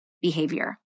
behavior